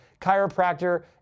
chiropractor